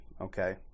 Okay